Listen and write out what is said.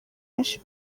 benshi